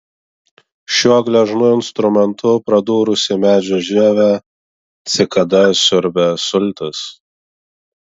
šiuo gležnu instrumentu pradūrusi medžio žievę cikada siurbia sultis